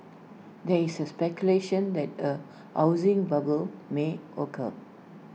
there is speculation that A housing bubble may occur